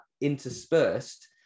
interspersed